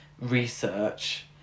research